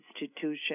institution